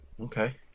okay